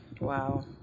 Wow